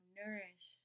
nourish